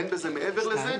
אין בזה מעבר לזה.